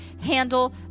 handle